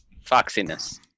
foxiness